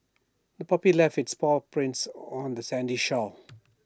the puppy left its paw prints on the sandy shore